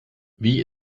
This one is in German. wie